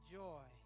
joy